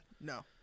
no